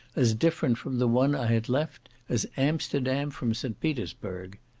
as different from the one i had left, as amsterdam from st. petersburg.